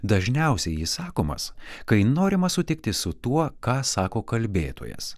dažniausiai jis sakomas kai norima sutikti su tuo ką sako kalbėtojas